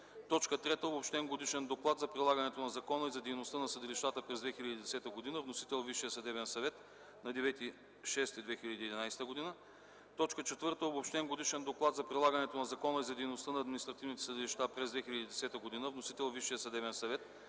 г. 3. Обобщен годишен доклад за прилагането на закона и за дейността на съдилищата през 2010 г. Вносител – Висшият съдебен съвет на 9 юни 2011 г. 4. Обобщен годишен доклад за прилагането на закона и за дейността на административните съдилища през 2010 г. Вносител – Висшият съдебен съвет